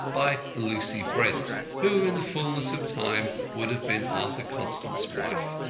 by lucy brent, who in the fulness of time would have been arthur constant's wife.